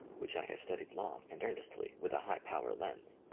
which i have studied long and earnestly with a high-power lens.